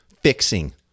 fixing